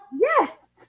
Yes